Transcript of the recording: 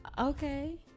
Okay